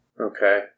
Okay